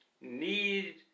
need